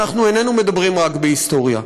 אנחנו איננו מדברים רק בהיסטוריה,